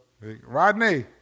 Rodney